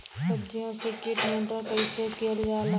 सब्जियों से कीट नियंत्रण कइसे कियल जा?